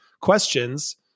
questions